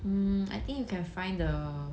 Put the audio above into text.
mm I think you can find the